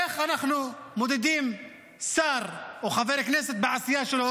איך אנחנו מודדים שר או חבר כנסת בעשייה שלו,